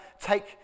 take